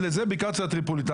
אתה כן מתבלבל.